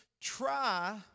try